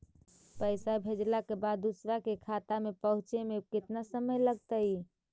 पैसा भेजला के बाद दुसर के खाता में पहुँचे में केतना समय लगतइ?